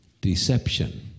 deception